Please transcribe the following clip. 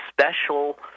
special